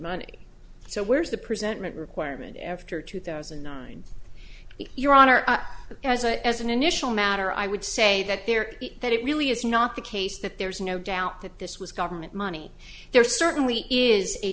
money so where's the presentment requirement after two thousand and nine your honor as well as an initial matter i would say that there that it really is not the case that there is no doubt that this was government money there certainly is a